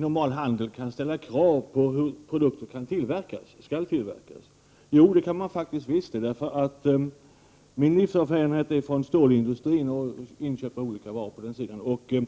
normal handel inte kan ställa krav på hur produkter skall tillverkas. Jo, det kan vi visst. Det vet jag med min erfarenhet av inköp av olika varor från stålindustrin.